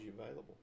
available